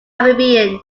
caribbean